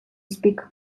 speak